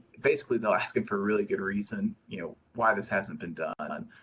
basically they're asking for a really good reason you know why this hasn't been done.